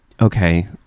Okay